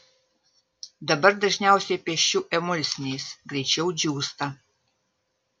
dabar dažniausiai piešiu emulsiniais greičiau džiūsta